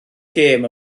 gêm